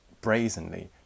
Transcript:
brazenly